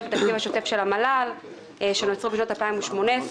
בתקציב השוטף של המל"ל שנוצרו בשנת 2018,